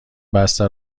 بسته